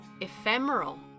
ephemeral